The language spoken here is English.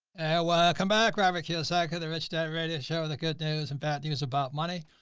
and iowa come back. robert kiyosaki, the rich dad radio show, the good news and bad news about money.